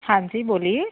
हाँ जी बोलिए